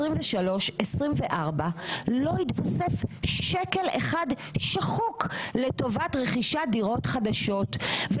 2023-2024 לא התווסף שקל אחד שחוק לטובת רכישת דירות חדשות.